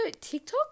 tiktok